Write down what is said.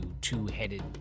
two-headed